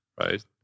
right